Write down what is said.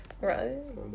Right